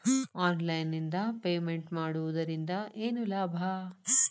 Online ನಿಂದ payment ಮಾಡುವುದರಿಂದ ಏನು ಲಾಭ?